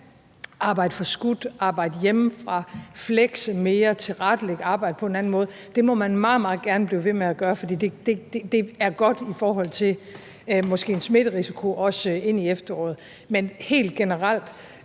arbejde forskudt, arbejde hjemmefra, flekse mere og tilrettelægge arbejdet på en anden måde, gør det. Det må man meget, meget gerne blive ved med at gøre, for det er godt, i forhold til at der måske er en smitterisiko, også ind i efteråret. Men helt generelt